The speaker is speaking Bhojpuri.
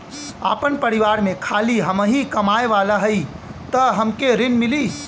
आपन परिवार में खाली हमहीं कमाये वाला हई तह हमके ऋण मिली?